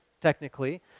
technically